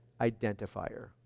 identifier